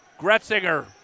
Gretzinger